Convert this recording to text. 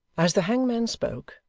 as the hangman spoke,